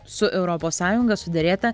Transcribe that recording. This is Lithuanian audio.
su europos sąjunga suderėtą